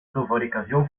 fabricación